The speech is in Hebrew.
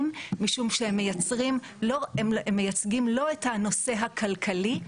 משום שהם מייצגים לא את הנושא הכלכלי,